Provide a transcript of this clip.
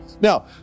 Now